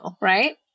right